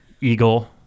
Eagle